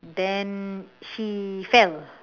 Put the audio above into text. then she fell